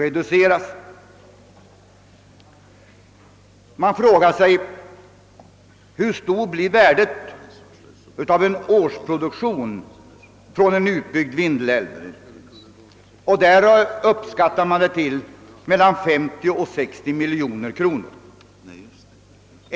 Man kan fråga sig hur stort värdet av en årsproduktion från en utbyggd Vindelälv blir. Enligt uppskattningar skulle värdet ligga mellan 50 miljoner och 60 miljoner kronor.